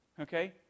okay